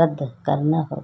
रद्द करना होगा